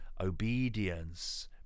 obedience